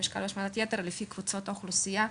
משקל והשמנת יתר לפי קבוצות האוכלוסייה.